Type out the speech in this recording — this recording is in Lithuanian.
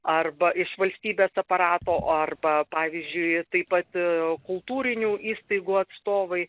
arba iš valstybės aparato arba pavyzdžiui taip pat kultūrinių įstaigų atstovai